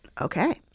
okay